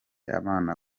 abana